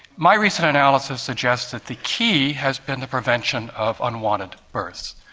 my recent analysis suggests that the key has been the prevention of unwanted births.